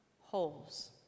holes